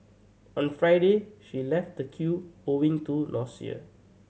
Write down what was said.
on Friday she left the queue owing to nausea